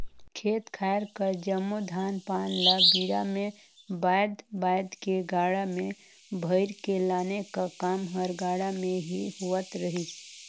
खेत खाएर कर जम्मो धान पान ल बीड़ा मे बाएध बाएध के गाड़ा मे भइर के लाने का काम हर गाड़ा मे ही होवत रहिस